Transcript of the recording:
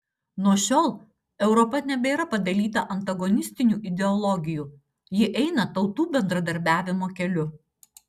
nuo šiol europa nebėra padalyta antagonistinių ideologijų ji eina tautų bendradarbiavimo keliu